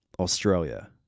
Australia